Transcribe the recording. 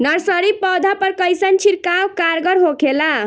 Nursery पौधा पर कइसन छिड़काव कारगर होखेला?